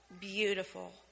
beautiful